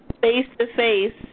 face-to-face